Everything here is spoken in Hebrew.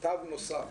תו נוסף,